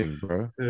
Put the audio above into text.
bro